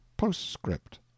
Postscript